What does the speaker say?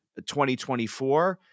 2024